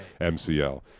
mcl